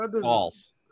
false